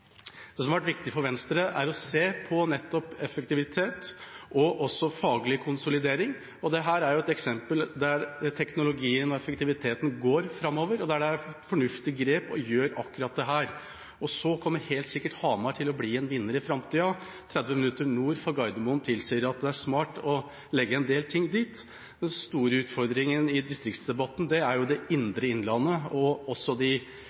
Det som har vært viktig for Venstre, er nettopp å se på både effektivitet og faglig konsolidering, og dette er jo et eksempel på at teknologien og effektiviteten går framover, og der det er et fornuftig grep å gjøre akkurat dette. Så kommer helt sikkert Hamar til å bli en vinner i framtida. Byen ligger 30 minutter nord for Gardermoen, det tilsier at det er smart å legge en del ting dit. Den store utfordringea i distriktsdebatten er knyttet til det indre innlandet og de